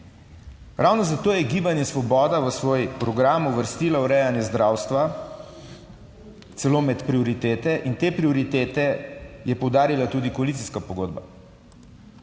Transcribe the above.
Ravno zato je Gibanje Svoboda v svoj program uvrstila urejanje zdravstva celo med prioritete in te prioritete je poudarila tudi koalicijska pogodba.